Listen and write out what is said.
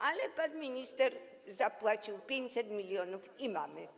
Ale pan minister zapłacił 500 mln i mamy.